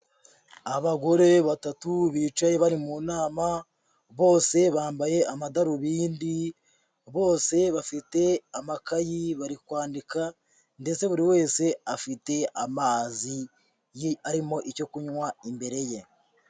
Abagore batatu bicaye bari mu nama bose bambaye amadarubindi, bose bafite amakayi bari kwandika ndetse buri wese afite amazi arimo icyo kunywa imbere ye.